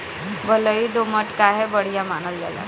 बलुई दोमट काहे बढ़िया मानल जाला?